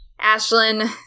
Ashlyn